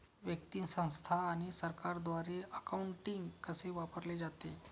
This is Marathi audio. व्यक्ती, संस्था आणि सरकारद्वारे अकाउंटिंग कसे वापरले जाते